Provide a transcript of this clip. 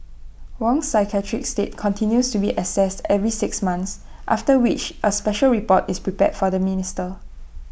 Wong's psychiatric state continues to be assessed every six months after which A special report is prepared for the minister